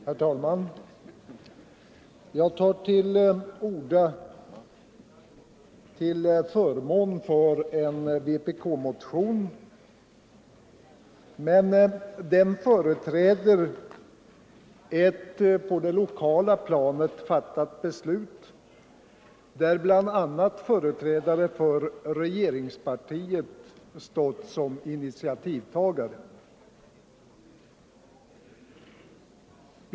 Herr talman! Jag tar till orda till förmån för en vpk-motion, men den har tillkommit med anledning av ett på det lokala planet fattat beslut, där bl.a. företrädare för regeringspartiet stått som initiativtagare.